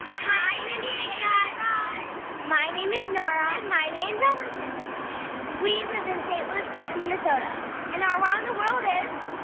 hi, mindy and guy raz my name is nora and my name's emerson we live in st. louis park, minn so but and our wow in the world is.